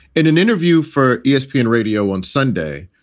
in an interview for espn radio on sunday,